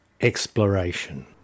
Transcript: exploration